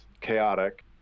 chaotic